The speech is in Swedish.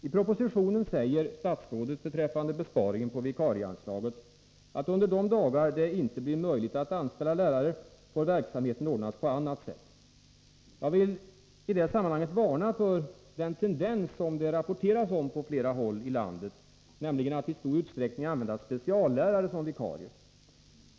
I propositionen säger statsrådet beträffande besparingen på vikarieanslaget att under de dagar det inte blir möjligt att anställa lärare får verksamheten ordnas på annat sätt. Jag vill i det sammanhanget varna för den tendens som det rapporteras om på flera håll i landet, nämligen att i stor utsträckning använda speciallärare som vikarier.